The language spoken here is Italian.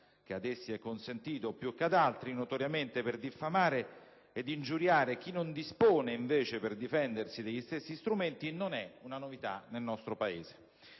che ad essi è consentito più che ad altri, notoriamente - per diffamare ed ingiuriare chi non dispone invece, per difendersi, degli stessi strumenti non è una novità nel nostro Paese.